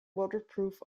waterproof